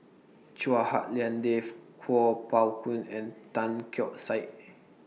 Chua Hak Lien Dave Kuo Pao Kun and Tan Keong Saik